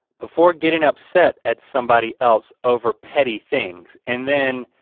before getting upset at somebody else over petty things. and then